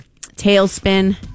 Tailspin